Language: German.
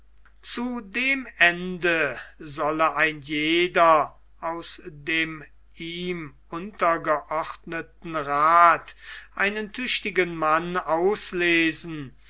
zu dem ende solle ein jeder aus dem ihm untergeordneten rath einen tüchtigen mann auslesen